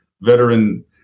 veteran